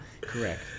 correct